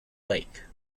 lake